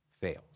fails